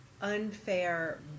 unfair